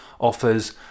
offers